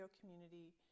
community